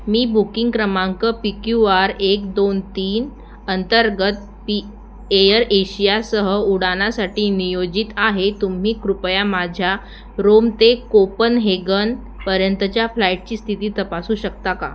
मी booking क्रमांक P Q R एक दोन तीन अंतर्गत पी एअर एशियासह उड्डाणासाठी नियोजित आहे तुम्ही कृपया माझ्या रोम ते कोपनहेगनपर्यंतच्या फ्लाईटची स्थिती तपासू शकता का